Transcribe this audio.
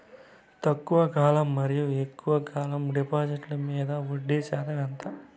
తక్కువ కాలం మరియు ఎక్కువగా కాలం డిపాజిట్లు మీద వడ్డీ శాతం ఎంత?